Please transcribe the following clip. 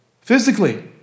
Physically